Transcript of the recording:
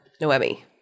Noemi